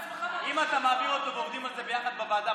אם אתה מעביר אותו ועובדים על זה יחד בוועדה,